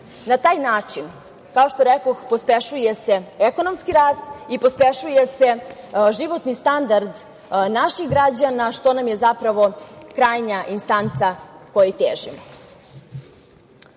Na taj način, kao što rekoh, pospešuje se ekonomski rast i pospešuje se životni standard naših građana, što nam je zapravo krajnja instanca kojoj